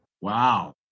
wow